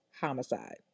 homicide